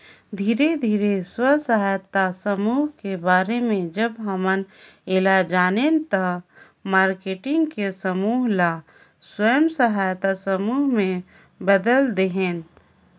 धीरे धीरे स्व सहायता समुह के बारे में जब हम ऐला जानेन त मारकेटिंग के समूह ल स्व सहायता समूह में बदेल देहेन